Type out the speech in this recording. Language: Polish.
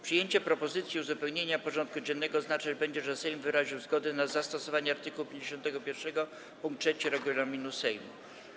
Przyjęcie propozycji uzupełnienia porządku dziennego oznaczać będzie, że Sejm wyraził zgodę na zastosowanie art. 51 pkt 3 regulaminu Sejmu.